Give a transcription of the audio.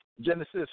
Genesis